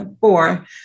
Four